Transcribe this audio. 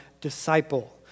disciple